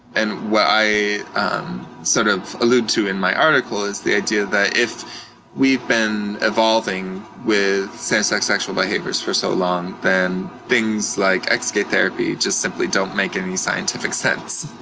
and what i sort of allude to in my article, is the idea that if we've been evolving with same-sex sexual behaviors for so long, then things like ex gay therapy just simply don't make any scientific sense.